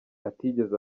atigeze